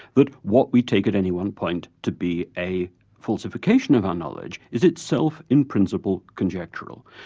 that what we take at any one point to be a falsification of our knowledge is itself, in principle, conjectural.